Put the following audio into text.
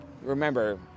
Remember